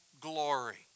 glory